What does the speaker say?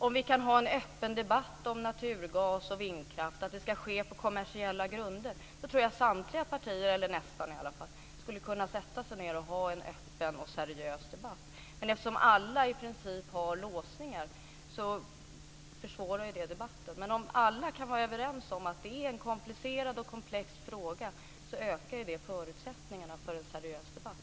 Om vi kan ha en öppen debatt om naturgas och vindkraft och om att det ska ske på kommersiella grunder tror jag att samtliga partier, eller i alla fall nästan samtliga, skulle kunna ha en öppen och seriös debatt. Men eftersom alla i princip har låsningar försvårar det debatten. Men om alla kan vara överens om att det är en komplicerad och komplex fråga ökar förutsättningarna för en seriös debatt.